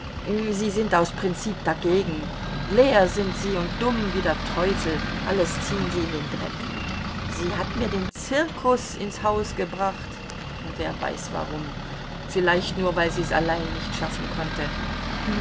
sie sind aus prinzip dagegen leer sind sie und dumm wie der teufel alles ziehen sie in den dreck sie hat mir den zirkus ins haus gebracht wer weiß warum vielleicht nur weil sie's allein nicht schaffen konnte